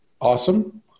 Awesome